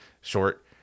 short